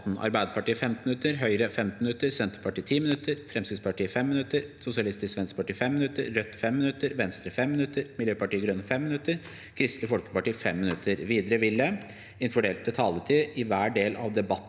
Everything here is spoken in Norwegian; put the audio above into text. Arbeiderpartiet 15 minutter, Høyre 15 minutter, Senterpartiet 10 minutter, Fremskrittspartiet 5 minutter, Sosialistisk Venstreparti 5 minutter, Rødt 5 minutter, Venstre 5 minutter, Miljøpartiet De Grønne 5 minutter og Kristelig Folkeparti 5 minutter. Del 2: Arbeiderpartiet 15 minutter,